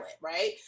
right